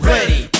Ready